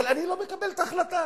אבל אני לא מקבל את ההחלטה.